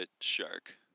shark